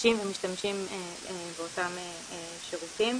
ניגשים ומשתמשים באותם שירותים.